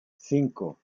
cinco